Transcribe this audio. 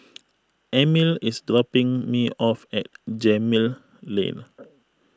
Emile is dropping me off at Gemmill Lane